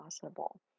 possible